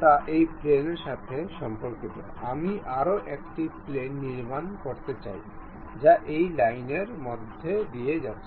তা এই প্লেনের সাথে সম্পর্কিত আমি আরও একটি প্লেন নির্মাণ করতে চাই যা এই লাইনের মধ্য দিয়ে যাচ্ছে